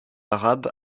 arabe